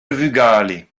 vugale